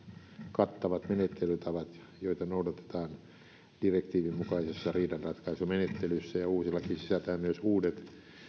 kattavat menettelytavat joita noudatetaan direktiivin mukaisessa riidanratkaisumenettelyssä ja uusi laki sisältää myös uudet